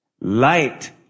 Light